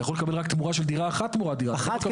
אתה יכול לקבל רק תמורה של דירה אחת תמורת דירה אחת.